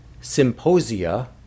symposia